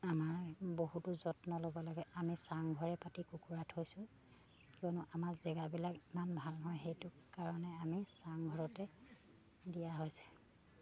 আমাৰ বহুতো যত্ন ল'ব লাগে আমি চাংঘৰে পাতি কুকুৰা থৈছোঁ কিয়নো আমাৰ জেগাবিলাক ইমান ভাল নহয় সেইটো কাৰণে আমি চাংঘৰতে দিয়া হৈছে